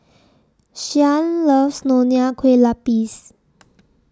Shyann loves Nonya Kueh Lapis